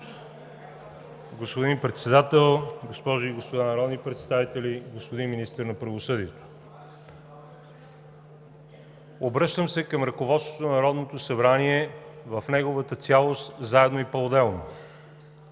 Господин Председател, госпожи и господа народни представители, господин Министър на правосъдието! Обръщам се към ръководството на Народното събрание в неговата цялост, заедно и поотделно.